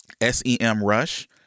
SEMrush